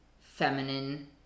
feminine